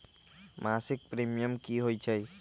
मासिक प्रीमियम की होई छई?